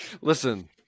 Listen